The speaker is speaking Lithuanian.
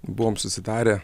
buvom susitarę